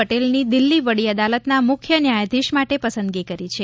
પટેલની દિલ્હી વડી અદાલતના મુખ્ય ન્યાયાધીશ માટે પસંદગી કરી છે